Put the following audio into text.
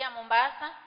Mombasa